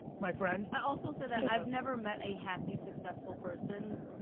my friend. i also say that i've never met a happy, successful person,